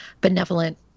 benevolent